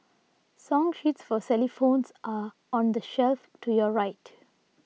song sheets for Xylophones are on the shelf to your right